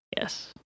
yes